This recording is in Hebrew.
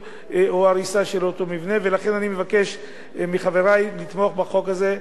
לכן אני מבקש מחברי לתמוך בחוק הזה,